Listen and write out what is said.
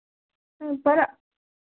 जमीन तो खाली है ना अभी